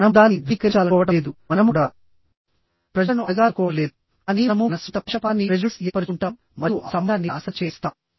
మనము దానిని ధృవీకరించాలనుకోవడం లేదు మనము కూడా ప్రజలను అడగాలనుకోవడం లేదు కానీ మనము మన స్వంత పక్షపాతాన్ని ఏర్పరుచుకుంటాము మరియు ఆ సంబంధాన్ని నాశనం చేయనిస్తాము